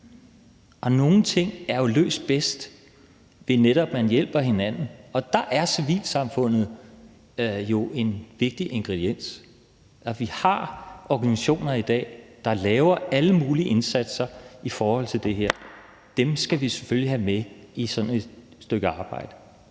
Nogle ting er løst bedst, ved at man netop hjælper hinanden, og der er civilsamfundet jo en vigtig ingrediens, og vi har organisationer i dag, der laver alle mulige indsatser i forhold til det her. Dem skal vi selvfølgelig have med i sådan et stykke arbejde.